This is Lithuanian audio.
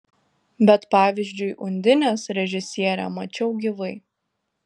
bet pavyzdžiui undinės režisierę mačiau gyvai